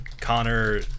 Connor